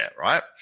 right